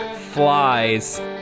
flies